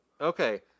Okay